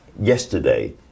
yesterday